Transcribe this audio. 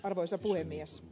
arvoisa puhemies